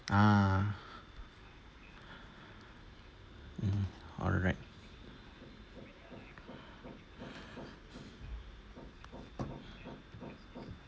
ah mmhmm alright